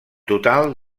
total